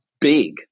big